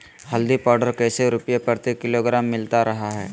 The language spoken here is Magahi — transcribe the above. हल्दी पाउडर कैसे रुपए प्रति किलोग्राम मिलता रहा है?